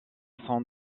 sont